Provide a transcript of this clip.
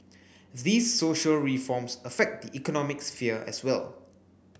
these social reforms affect the economic sphere as well